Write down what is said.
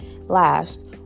last